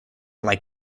like